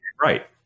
Right